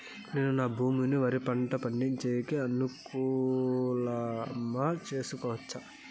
నేను నా భూమిని వరి పంట పండించేకి అనుకూలమా చేసుకోవచ్చా?